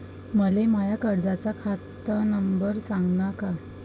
मले माया कर्जाचा खात नंबर सांगान का?